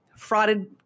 frauded